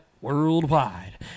Worldwide